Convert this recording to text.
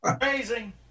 Amazing